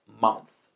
month